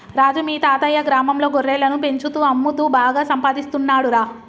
రాజు మీ తాతయ్యా గ్రామంలో గొర్రెలను పెంచుతూ అమ్ముతూ బాగా సంపాదిస్తున్నాడురా